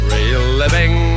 Reliving